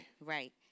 Right